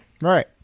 right